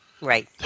Right